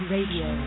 Radio